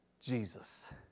Jesus